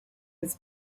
his